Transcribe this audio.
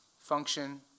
function